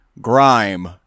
Grime